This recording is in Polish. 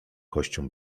kością